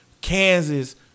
Kansas